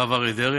הרב אריה דרעי,